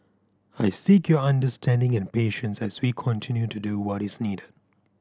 I seek your understanding and patience as we continue to do what is needed